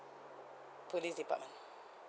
police department